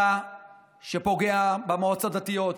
אתה שפוגע במועצות הדתיות,